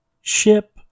ship